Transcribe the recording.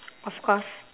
of course